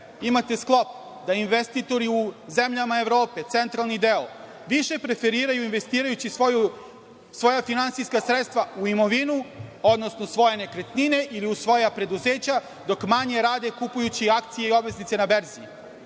imate sklop da investitori u zemljama Evrope, centralni deo, više preferiraju investirajući svoja finansijska sredstva u imovinu, odnosno u svoje nekretnine ili u svoja preduzeća, dok manje rade kupujući akcije i obveznice na berzi.